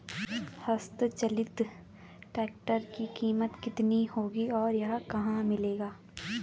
हस्त चलित ट्रैक्टर की कीमत कितनी होगी और यह कहाँ मिलेगा?